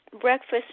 Breakfast